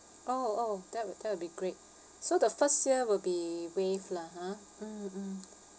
oh oh that that will be great so the first year will be waived lah ha mm mm